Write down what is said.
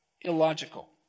illogical